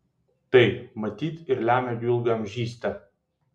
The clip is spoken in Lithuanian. tai matyt ir lemia jų ilgaamžystę